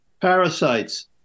parasites